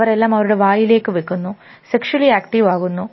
അവർ എല്ലാം അവരുടെ വായിലേക്ക് ഒരുപാട് വെക്കുന്നു സെക്ഷ്വലി ആക്ടീവ് ആകുന്നു